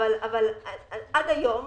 אבל עד היום